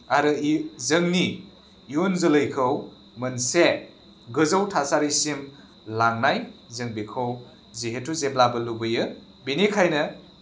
आरो जोंनि इयुन जोलैखौ मोनसे गोजौ थासारिसिम लांनाय जों बेखौ जिहेथु जेब्लाबो लुबैयो बेनिखायनो